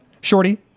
Shorty